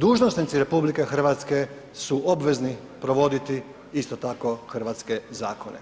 Dužnosnici RH su obvezni provoditi isto tako hrvatske zakone,